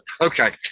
Okay